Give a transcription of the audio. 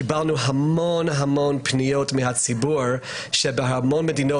קיבלנו הרב הפניות מהציבור לפיהן בהרבה מדינות,